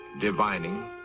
divining